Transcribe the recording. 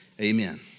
Amen